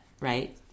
Right